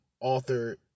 Author